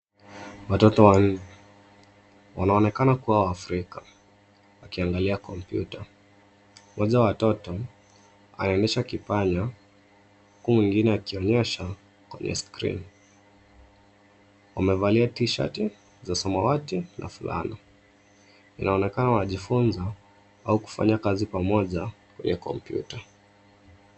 Watoto wawili wanaonekana kuwa waafrika wakiangalia kompyuta. Mmoja wa watoto anonyesha kipanya huku mwingine akionyesha kwenye skrini. Wamevalia T-shirt za samawati na fulana. Inaonekana wanajifunza au kufanya kazi pamoja kwenye kompyuta.